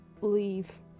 Leave